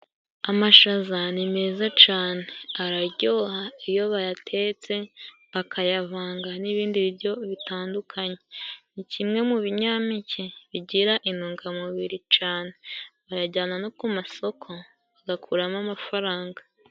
Amashaza ni meza cane araryoha iyo bayatetse akayavanga n'ibindi biryo bitandukanye, ni kimwe mu binyampeke bigira intungamubiri cane, ayajyana no ku masoko bagakuramo amafaranga.